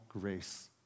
grace